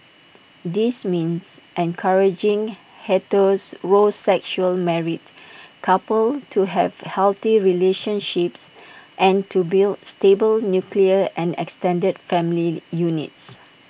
this means encouraging heterosexual married couples to have healthy relationships and to build stable nuclear and extended family units